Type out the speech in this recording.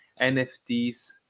NFTs